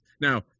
now